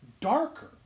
darker